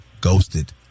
ghosted